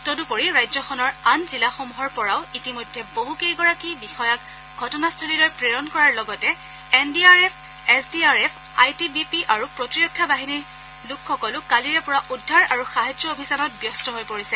তদুপৰি ৰাজ্যখনৰ আন জিলাসমূহৰ পৰাও ইতিমধ্যে বহুকেইগৰাকী বিষয়াক ঘটনাস্থলীলৈ প্ৰেৰণ কৰাৰ লগতে N D R F S D R F I T B P আৰু প্ৰতিৰক্ষা বাহিনীৰ লোকসকলো কালিৰে পৰা উদ্ধাৰ আৰু সাহায্য অভিযানত ব্যস্ত হৈ পৰিছে